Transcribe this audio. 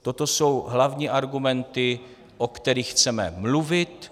Toto jsou hlavní argumenty, o kterých chceme mluvit.